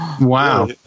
Wow